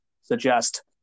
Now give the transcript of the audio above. suggest